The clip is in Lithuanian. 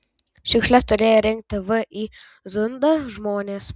šiukšles turėję rinkti vį zunda žmonės